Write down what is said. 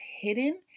hidden